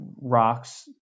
rocks